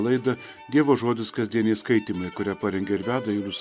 laidą dievo žodis kasdieniai skaitymai kurią parengė ir veda julius